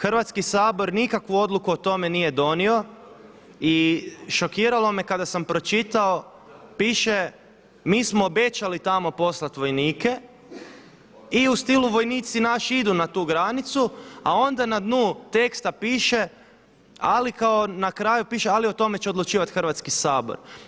Hrvatski sabor nikakvu odluku o tome nije donio i šokiralo me kada sam pročitao, piše mi smo obećali tamo poslat vojnike i u stilu vojnici naši idu na tu granicu, a onda na dnu teksta piše, ali kao na kraju piše ali o tome će odlučivati Hrvatski sabor.